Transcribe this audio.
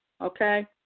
okay